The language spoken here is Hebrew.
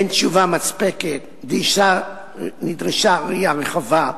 אין תשובה מספקת, נדרשה ראייה רחבה.